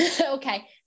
Okay